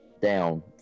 down